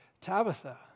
Tabitha